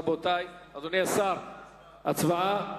אדוני השר, הצבעה?